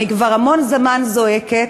אני כבר המון זמן זועקת